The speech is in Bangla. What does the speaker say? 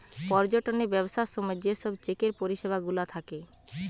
পর্যটনের ব্যবসার সময় যে সব চেকের পরিষেবা গুলা থাকে